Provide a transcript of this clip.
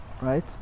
right